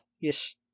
Yes